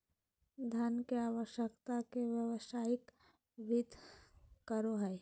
धन के आवश्यकता के व्यावसायिक वित्त कहो हइ